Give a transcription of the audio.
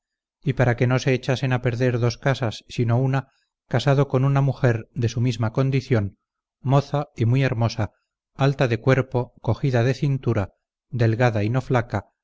fácil de enojarse que gozque de panadero presuntuoso y estimador de su persona y para que n o se echasen a perder dos casas sino una casado con una mujer de su misma condición moza y muy hermosa alta de cuerpo cogida de cintura delgada y no flaca